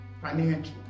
financial